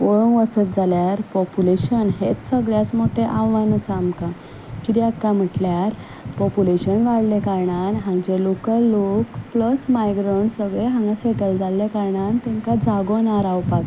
पळोवंक वचत जाल्यार पॉपुलेशन हेंच सगळ्यांत मोठें आव्हान आसा आमकां कित्याक कांय म्हटल्यार पॉपुलेशन वाडल्या कारणान हांगाचे लॉकल लोक प्लस मायग्रंट्स सगळे हांगा सॅटल जाल्ले कारणान तांकां जागो ना रावपाक